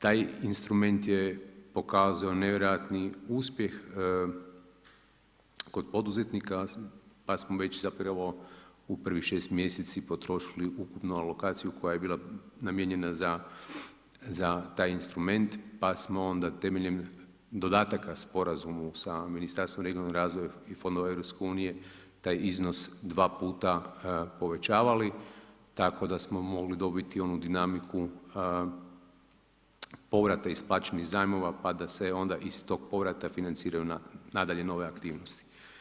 Taj instrument je pokazao nevjerojatni uspjeh kod poduzetnika pa smo već zapravo u prvih 6 mjeseci potrošili ukupno alokaciju koja je bila namijenjena za taj instrument pa smo onda temeljem dodataka sporazumu sa Ministarstvom regionalnog razvoja i fondova EU taj iznos dva puta povećavali, tako da smo mogli dobiti onu dinamiku povrata isplaćenih zajmova pa da se onda iz tog povrata financiraju nadalje nove aktivnosti.